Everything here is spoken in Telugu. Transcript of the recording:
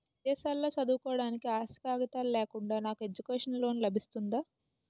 విదేశాలలో చదువుకోవడానికి ఆస్తి కాగితాలు లేకుండా నాకు ఎడ్యుకేషన్ లోన్ లబిస్తుందా?